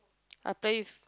I play with